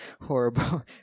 horrible